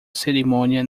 cerimônia